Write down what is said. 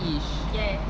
ish